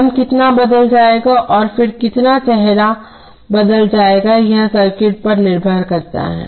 आयाम कितना बदल जाएगा और फिर कितना चेहरा बदल जाएगा यह सर्किट पर निर्भर करता है